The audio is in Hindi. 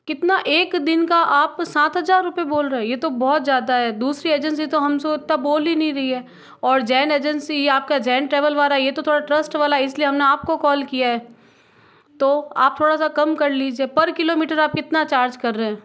कितना एक दिन का आप सात हज़ार रुपये बोल रहे है यह तो बहुत ज़्यादा है दूसरी एजेंसी तो हमसे उतना बोल ही नहीं रही है और जैन एजेंसी यह आपका जैन ट्रैवल वाला यह तो थोड़ा ट्रस्ट वाला है इसलिए हमने आपको कॉल किया है तो आप थोड़ा सा कम कर लिजिए पर किलोमीटर आप कितना चार्ज कर रहे हैं